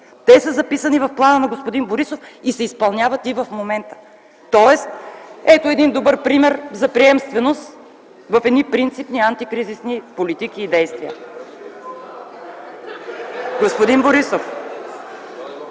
те са записани в плана на господин Борисов и се изпълняват и в момента. Тоест ето един добър пример за приемственост в едни принципни антикризисни политики и действия.